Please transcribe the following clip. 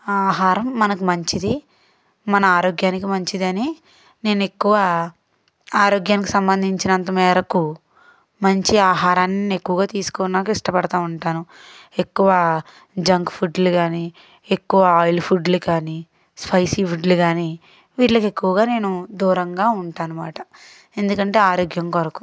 ఆహారం మనకు మంచిది మన ఆరోగ్యానికి మంచిదని నేను ఎక్కువ ఆరోగ్యానికి సంబంధించిన అంత మేరకు మంచి ఆహారాన్ని నేను ఎక్కువగా తీసుకోవడానికి ఇష్టపడతు ఉంటాను ఎక్కువ జంక్ ఫుడ్లు కానీ ఎక్కువ ఆయిల్ ఫుడ్లు కానీ స్పైసీ ఫుడ్లు కానీ వీటికి ఎక్కువగా నేను దూరంగా ఉంటా అన్నమాట ఎందుకంటే ఆరోగ్యం కొరకు